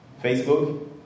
Facebook